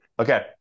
Okay